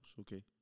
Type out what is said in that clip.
Okay